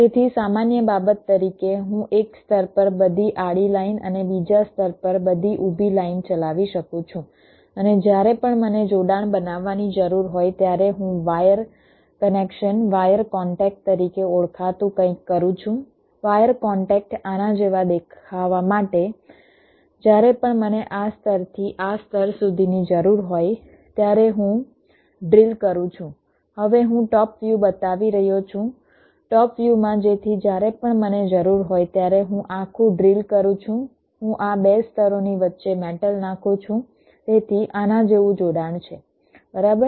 તેથી સામાન્ય બાબત તરીકે હું એક સ્તર પર બધી આડી લાઇન અને બીજા સ્તર પર બધી ઊભી લાઇન ચલાવી શકું છું અને જ્યારે પણ મને જોડાણ બનાવવાની જરૂર હોય ત્યારે હું વાયર કનેક્શન વાયર કોન્ટેક્ટ તરીકે ઓળખાતું કંઈક કરું છું વાયર કોન્ટેક્ટ આના જેવા દેખાવા માટે જ્યારે પણ મને આ સ્તરથી આ સ્તર સુધીની જરૂર હોય ત્યારે હું ડ્રિલ કરું છું હવે હું ટોપ વ્યુ બતાવી રહ્યો છું ટોપ વ્યુમાં જેથી જ્યારે પણ મને જરૂર હોય ત્યારે હું આખું ડ્રિલ કરું છું હું આ 2 સ્તરોની વચ્ચે મેટલ નાખું છું તેથી આના જેવું જોડાણ છે બરાબર